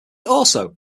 also